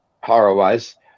horror-wise